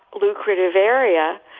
lucrative area.